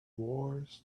wars